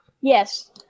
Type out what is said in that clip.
Yes